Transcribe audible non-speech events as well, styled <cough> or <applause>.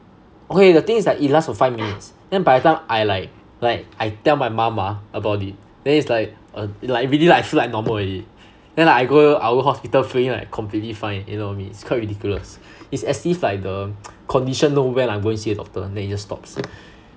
okay the thing is like it lasts for five minutes then by the time I like like I tell my mum ah about it then its like uh really like feel like normal already then like I go I go hospital feeling like completely fine you know what I mean it's quite ridiculous is as if like the <noise> condition know when I going to see a doctor then it just stops